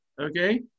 okay